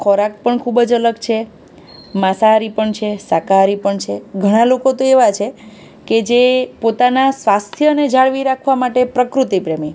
ખોરાક પણ ખૂબ જ અલગ છે માંસાહારી પણ છે શાકાહારી પણ છે ઘણાં લોકો તો એવાં છે કે જે પોતાનાં સ્વાસ્થ્યને જાળવી રાખવા માટે પ્રકૃતિ પ્રેમી